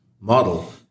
model